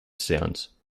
sounds